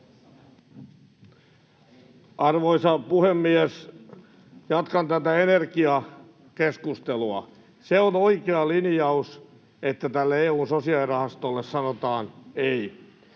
Arvoisa puhemies! Jatkan tätä energiakeskustelua. — Se on oikea linjaus, että tälle EU:n sosiaalirahastolle sanotaan ei.